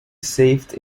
saved